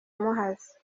muhazi